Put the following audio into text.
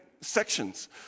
sections